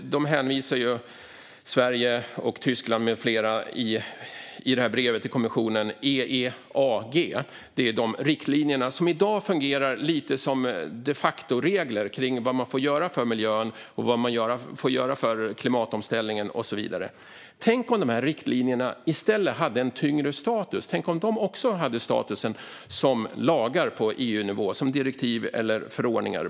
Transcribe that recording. Dem hänvisar Sverige och Tyskland med flera till i brevet till kommissionen. De riktlinjerna fungerar i dag lite som de facto-regler när det gäller vad man får göra för miljön, för klimatomställningen och så vidare. Tänk om de här riktlinjerna i stället hade en tyngre status. Tänk om de hade samma status som lagar på EU-nivå, som direktiv eller förordningar.